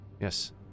Yes